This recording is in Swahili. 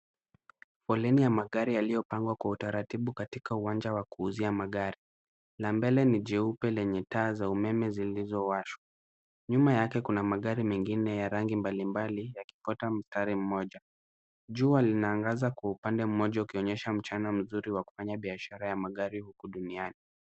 Foleni ya magari yaliyopangwa kwa utaratibu katika uwanja wa kuuzia magari na mbele ni jeupe lenye taa za umeme zilizowashwa. Nyuma yake kuna magari mengine ya rangi mbalimbali yakifuata mstari mmoja. Jua linaangaza kwa upande mmoja ukionyesha mchana mzuri wa kufanya biashara ya magari huku duniani.